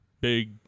big